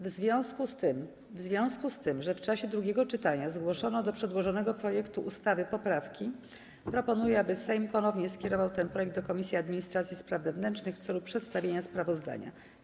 W związku z tym, że w czasie drugiego czytania zgłoszono do przedłożonego projektu ustawy poprawki, proponuję, aby Sejm ponownie skierował ten projekt do Komisji Administracji i Spraw Wewnętrznych w celu przedstawienia sprawozdania.